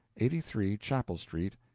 eighty three chapel street,